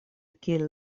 kiel